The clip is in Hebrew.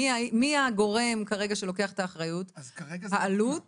מי הגורם כרגע שלוקח את האחריות, העלות